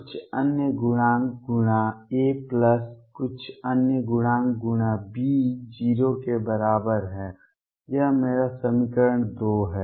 कुछ अन्य गुणांक गुणा A प्लस कुछ अन्य गुणांक गुणा B 0 के बराबर है यह मेरा समीकरण 2 है